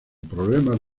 problemas